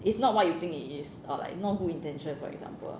is not what you think it is or like not good intention for example